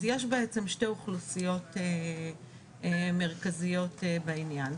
אז יש בעצם שתי אוכלוסיות מרכזיות בעניין.